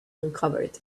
uncovered